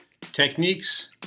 techniques